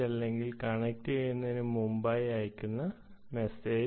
അല്ലെങ്കിൽ കണക്റ്റുചെയ്യുന്നതിന് മുമ്പായി അയക്കുന്ന മെസ്സേജ്